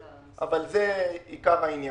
אבל זה עיקר העניין.